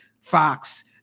Fox